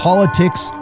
Politics